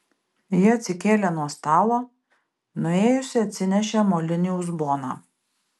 ji atsikėlė nuo stalo nuėjusi atsinešė molinį uzboną